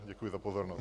Děkuji za pozornost.